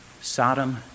Sodom